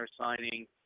signing